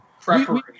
preparation